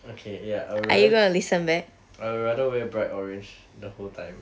okay ya I will rather I will rather wear bright orange the whole time